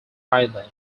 thailand